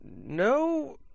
No